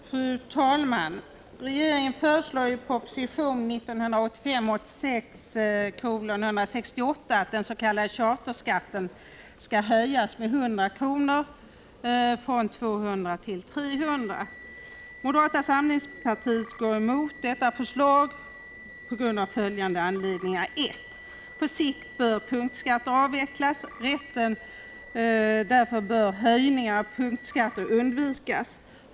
Fru talman! Regeringen föreslår i proposition 1985/86:168 att den s.k. charterskatten skall höjas med 100 kr., från 200 till 300 kr. Moderata samlingspartiet går emot detta förslag av följande anledningar: 1. På sikt bör punktskatter avvecklas. Därför bör höjningar av punktskatter undvikas.